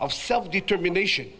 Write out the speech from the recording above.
of self determination